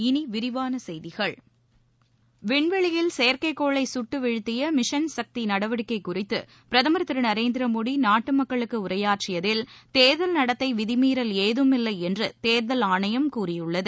இனி விரிவான செய்திகள் விண்வெளியில் செயற்கைகோளை சுட்டு விழ்த்திய மிஷன் சக்தி நடவடிக்கை குறித்து பிரதமர் திரு நரேந்திர மோடி நாட்டு மக்களுக்கு உரையாற்றியதில் தேர்தல் நடத்தை விதிமீறல் ஏதுமில்லை என்று தேர்தல் ஆணையம் கூறியுள்ளது